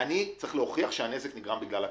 אני צריך להוכיח שהנזק נגרם בגלל הקבלן.